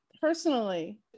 personally